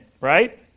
right